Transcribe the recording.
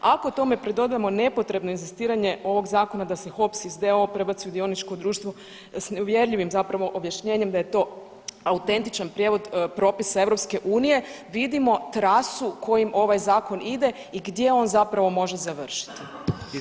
Ako tome pridodamo nepotrebno inzistiranje ovog zakona da se HOSP iz d.o.o. prebaci u dioničko društvo s neuvjerljivim zapravo objašnjenjem da je to autentičan prijevod propisa EU vidimo da trasu kojom ovaj zakon ide i gdje on zapravo može završiti.